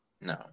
No